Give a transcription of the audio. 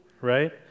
right